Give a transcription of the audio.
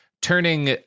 turning